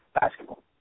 basketball